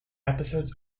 episodes